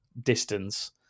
distance